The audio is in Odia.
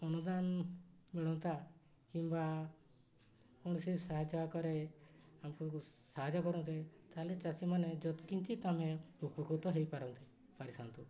ଅନୁଦାନ ମିଳନ୍ତା କିମ୍ବା କୌଣସି ସାହାଯ୍ୟ ଆକାରରେ ଆମକୁ ସାହାଯ୍ୟ କରନ୍ତେ ତାହେଲେ ଚାଷୀମାନେ ଯତ୍ କିଂଚିତ୍ ଆମେ ଉପକୃତ ହେଇପାରନ୍ତେ ପାରିଥାନ୍ତୁ